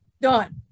done